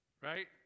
right